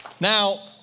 Now